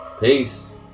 Peace